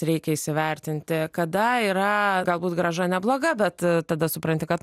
reikia įsivertinti kada yra galbūt grąža nebloga bet tada supranti kad